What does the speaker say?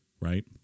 Right